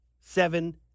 seven